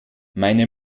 meine